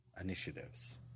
initiatives